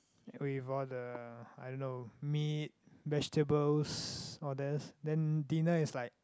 with all the I don't know meat vegetables all these then dinner is like